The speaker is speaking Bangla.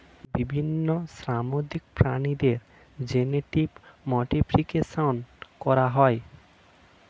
বিভিন্ন সামুদ্রিক প্রাণীদের জেনেটিক মডিফিকেশন করা হয়